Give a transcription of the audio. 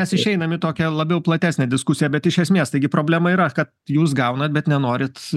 mes išeinam į tokią labiau platesnę diskusiją bet iš esmės taigi problema yra kad jūs gaunat bet nenorit